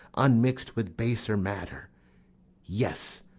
unmix'd with baser matter yes,